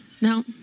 No